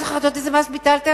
אני לא זוכרת איזה עוד מס ביטלתם,